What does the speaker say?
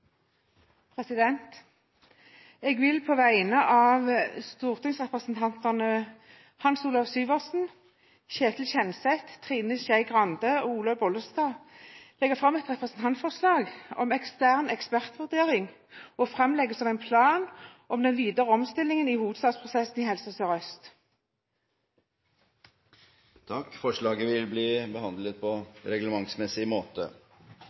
vil jeg legge fram et representantforslag om ekstern ekspertvurdering og framleggelse av en plan om den videre omstillingen i hovedstadsprosessen i Helse Sør-Øst. Forslaget vil bli behandlet på reglementsmessig måte.